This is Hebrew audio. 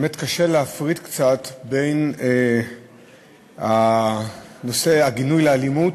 באמת קצת קשה להפריד בין נושא גינוי האלימות